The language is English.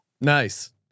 Nice